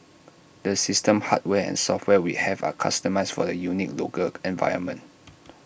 the system hardware and software we have are customised for the unique local environment